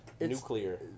nuclear